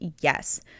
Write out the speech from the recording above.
Yes